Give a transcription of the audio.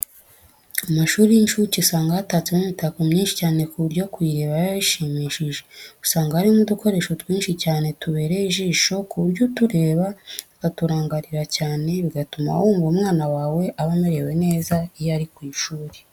Mu mashuri y'incuke usanga hatatsemo imitako myinshi cyane ku buryo kuyireba biba bishimishije. Usanga harimo udukoresho twinshi cyane tubereye ijisho ku buryo utureba ukaturangarira cyane, bigatuma wumva umwana wawe aba amerewe neza iyo ari ku ishuri.